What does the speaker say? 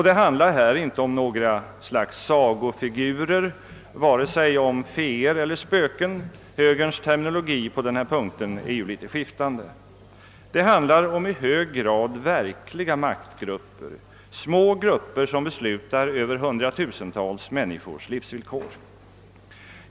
Det handlar här inte om något slags sagofigurer, vare sig féer eller spöken — högerns terminologi på den punkten är litet skiftande — utan om i hög grad verkliga maktgrupper, små grupper som beslutar över hundratusentals människors livsvillkor.